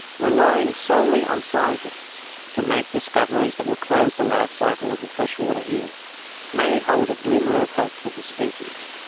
relying solely on scientists to make discoveries that will close the life cycle of the freshwater eel may hold a glimmer of hope for the species,